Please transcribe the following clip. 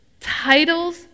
titles